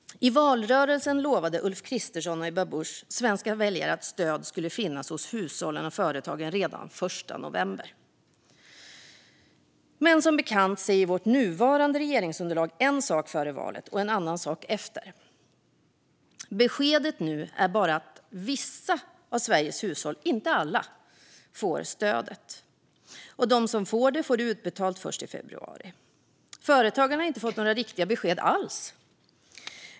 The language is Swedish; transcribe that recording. I valrörelsen lovade Ulf Kristersson och Ebba Busch svenska väljare att stöd skulle finnas hos hushållen och företagen redan den 1 november. Men som bekant säger vårt nuvarande regeringsunderlag en sak före valet och en annan sak efter. Beskedet nu är att bara vissa av Sveriges hushåll, inte alla, får stödet och att de som får det får det utbetalt först i februari. Företagen har inte fått några riktiga besked alls.